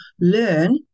learn